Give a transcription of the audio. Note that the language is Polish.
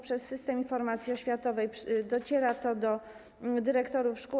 Przez system informacji oświatowej dociera to do dyrektorów szkół.